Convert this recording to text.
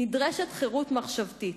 נדרשת חירות מחשבתית.